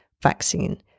vaccine